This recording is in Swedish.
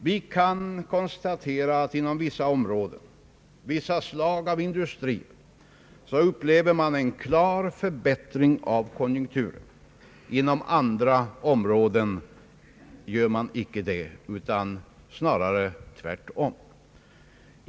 Vi kan konstatera att inom vissa områden och inom vissa slag av industrier upplever man en klar konjunkturförbättring, medan man inom andra områden icke gör det — där är det snarare tvärtom.